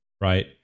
right